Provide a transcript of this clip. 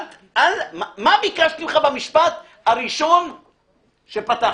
מה ביקשתי ממך במשפט הראשון שפתחת,